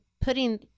putting